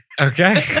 Okay